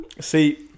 see